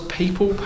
people